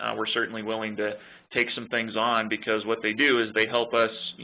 ah we're certainly willing to take some things on because what they do is they help us, you